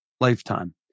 lifetime